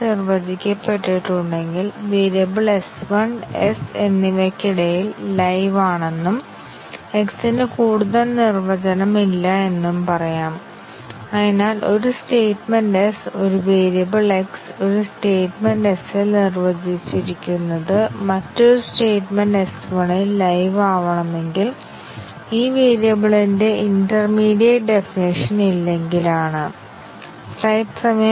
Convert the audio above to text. graph നിരീക്ഷിച്ചുകൊണ്ട് നമുക്ക് metric കണക്കുകൂട്ടാൻ കഴിയും അല്ലെങ്കിൽ കൺട്രോൾ ഫ്ലോ ഗ്രാഫിൽ നിന്ന് മക്കാബിന്റെ സൈക്ലോമാറ്റിക് മെട്രിക് എളുപ്പത്തിൽ കണക്കുകൂട്ടാൻ കഴിയുന്ന ഉപകരണങ്ങൾ അല്ലെങ്കിൽ പ്രോഗ്രാം കോഡ് നൽകിയാൽ ആവശ്യമെങ്കിൽ കൺട്രോൾ ഫ്ലോ ഗ്രാഫും മക്കാബിന്റെ മെട്രിക്കും കൺട്രോൾ ഫ്ലോ ഗ്രാഫിന്റെ വിഷ്വൽ നിരീക്ഷണത്തിലൂടെ നിങ്ങൾക്ക് വളരെ എളുപ്പത്തിൽ കണക്കുകൂട്ടാൻ കഴിയുമെന്ന് ഞാൻ പറഞ്ഞതുപോലെ നിങ്ങൾക്കും നമ്പർ മക്കാബ് മെട്രിക്കും പ്രദർശിപ്പിക്കും